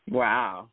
wow